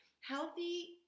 healthy